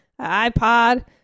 iPod